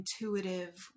intuitive